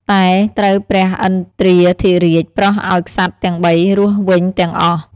តែត្រូវព្រះឥន្ទ្រាធិរាជប្រោសឱ្យក្សត្រទាំងបីរស់វិញទាំងអស់។